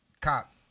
cop